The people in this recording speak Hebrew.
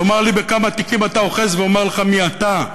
תאמר לי בכמה תיקים אתה אוחז ואומר לך מי אתה.